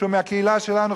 שהוא מהקהילה שלנו,